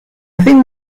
think